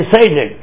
decided